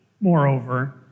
moreover